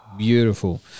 Beautiful